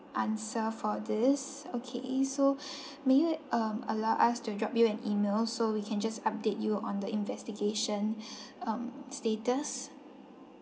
answer for this okay so may you um allow us to drop you an E-mail so we can just update you on the investigation um status